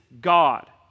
God